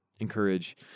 encourage